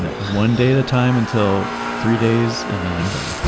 one day at a time until three days, and and